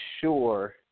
sure